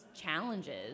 challenges